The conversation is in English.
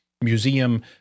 museum